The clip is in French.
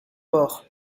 bord